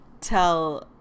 tell